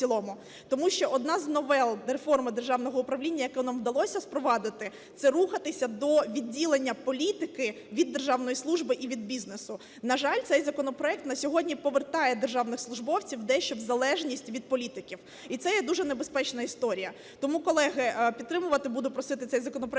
Тому що одна з новел реформи державного управління, яке нам вдалося впровадити - це рухатися до відділення політики від державної служби і від бізнесу. На жаль, цей законопроект на сьогодні повертає державних службовців дещо в залежність від політиків, і це є дуже небезпечна історія. Тому, колеги, підтримувати буду просити цей законопроект